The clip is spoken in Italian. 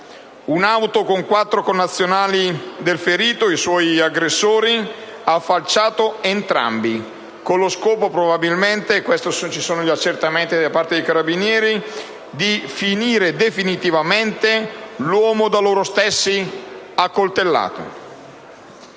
Un'auto con quattro connazionali del ferito - i suoi aggressori - ha falciato entrambi, probabilmente con lo scopo (su questo sono in corso gli accertamenti da parte dei Carabinieri) di «finire» definitivamente l'uomo da loro stessi accoltellato.